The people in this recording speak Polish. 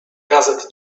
gazet